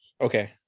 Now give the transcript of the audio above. Okay